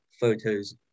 photos